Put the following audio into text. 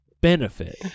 benefit